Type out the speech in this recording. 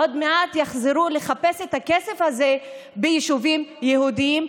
עוד מעט הם יחזרו לחפש את הכסף הזה ביישובים יהודיים.